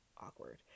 awkward